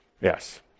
Yes